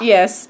Yes